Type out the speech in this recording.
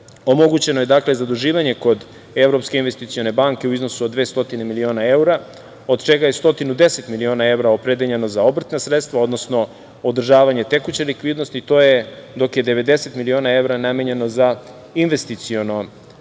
omogućeno je zaduživanje kod Evropske investicione banke u iznosu od 200 miliona evra, od čega je 110 miliona evra opredeljeno za obrtna sredstva, odnosno održavanje tekuće likvidnosti, dok je 90 miliona evra namenjeno za investicione